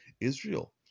Israel